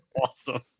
Awesome